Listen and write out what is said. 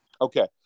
Okay